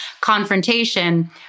confrontation